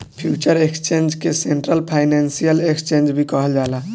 future exchange के central financial exchange भी कहल जाला